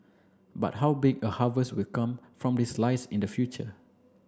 but how big a harvest will come from this lies in the future